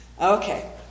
Okay